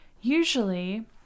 usually